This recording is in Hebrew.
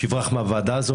שיברח מהוועדה הזאת.